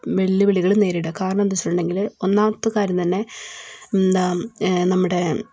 വെല്ലുവിളികൾ നേരിടുന്നത് കാരണം എന്താന്ന് വെച്ചിട്ടുണ്ടെങ്കിൽ ഒന്നാമത്തെ കാര്യം തന്നെ എന്താ നമ്മുടെ